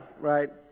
right